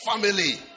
Family